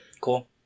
Cool